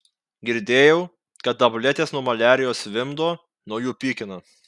girdėjau kad tabletės nuo maliarijos vimdo nuo jų pykina